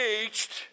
engaged